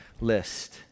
list